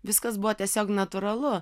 viskas buvo tiesiog natūralu